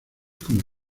como